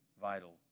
vital